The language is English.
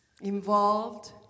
involved